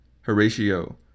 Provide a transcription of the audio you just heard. Horatio